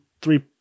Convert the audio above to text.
three